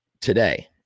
today